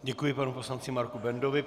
Děkuji panu poslanci Marku Bendovi.